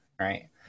right